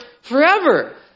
forever